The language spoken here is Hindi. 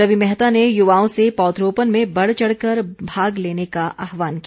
रवि मेहता ने युवाओं से पौधरोपण में बढचढ़ कर भाग लेने का आहवान किया